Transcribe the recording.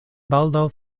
baldaŭ